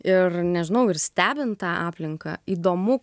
ir nežinau ir stebint tą aplinką įdomu